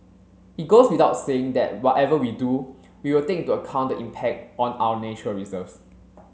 it goes without saying that whatever we do we will take into account the impact on our nature reserves